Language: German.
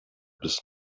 bis